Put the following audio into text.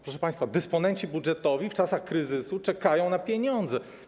Proszę państwa, dysponenci budżetowi w czasach kryzysu czekają na pieniądze.